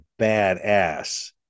badass